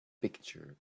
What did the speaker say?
picture